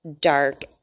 dark